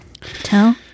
tell